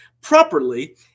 Properly